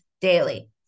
daily